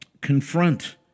confront